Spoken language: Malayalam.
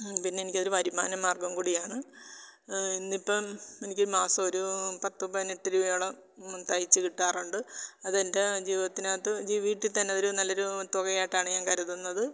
പിന്നെ എനിക്ക് ഒരു വരുമാന മാർഗവും കൂടിയാണ് ഇന്ന് ഇപ്പം എനിക്ക് മാസം ഒരു പത്തും പതിനെട്ട് രൂപയോളം തയ്ച്ചു കിട്ടാറുണ്ട് അത് എൻ്റെ ജീവിതത്തിനകത്ത് വീട്ടിൽ തന്നെ ഒരു നല്ല ഒരു തുക ആയിട്ടാണ് ഞാൻ കരുതുന്നത്